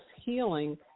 healing